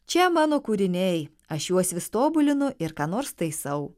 čia mano kūriniai aš juos vis tobulinu ir ką nors taisau